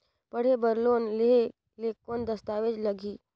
पढ़े बर लोन लहे ले कौन दस्तावेज लगही?